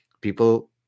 people